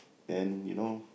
then you know